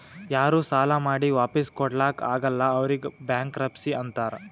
ಯಾರೂ ಸಾಲಾ ಮಾಡಿ ವಾಪಿಸ್ ಕೊಡ್ಲಾಕ್ ಆಗಲ್ಲ ಅವ್ರಿಗ್ ಬ್ಯಾಂಕ್ರಪ್ಸಿ ಅಂತಾರ್